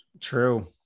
True